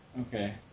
Okay